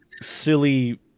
Silly